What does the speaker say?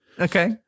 Okay